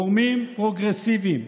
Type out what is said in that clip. גורמים פרוגרסיביים,